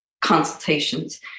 consultations